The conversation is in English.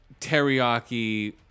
teriyaki